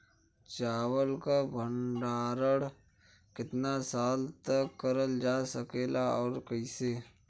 चावल क भण्डारण कितना साल तक करल जा सकेला और कइसे?